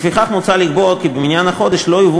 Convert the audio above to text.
לפיכך מוצע לקבוע כי במניין החודש לא יובאו